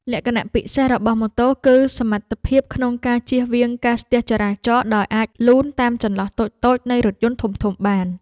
លក្ខណៈពិសេសរបស់ម៉ូតូគឺសមត្ថភាពក្នុងការជៀសវាងការស្ទះចរាចរណ៍ដោយអាចលូនតាមចន្លោះតូចៗនៃរថយន្តធំៗបាន។